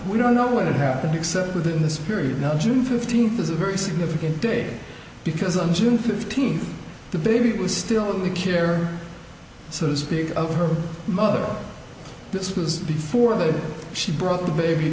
we don't know when it happened except within this period now june fifteenth is a very significant day because on june fifteenth the baby was still only care so to speak of her mother this was before that she brought the baby